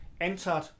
entered